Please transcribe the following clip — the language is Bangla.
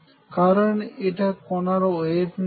কারণ এটা কনার ওয়েভ নেচার